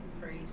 Praise